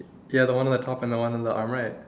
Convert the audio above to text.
ya are the one on the top and the one on the arm right